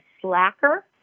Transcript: slacker